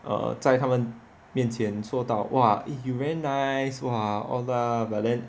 err 在他们面前做到 !wah! you very nice !wah! all lah but then